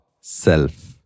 self